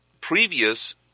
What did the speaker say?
previous